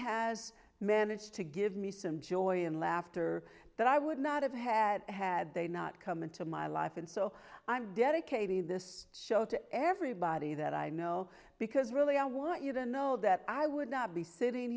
has managed to give me some joy and laughter that i would not have had had they not come into my life and so i'm dedicating this show to everybody that i know because really i want you to know that i would not be sitting